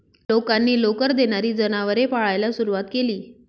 लोकांनी लोकर देणारी जनावरे पाळायला सुरवात केली